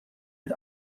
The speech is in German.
mit